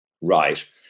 Right